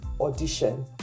audition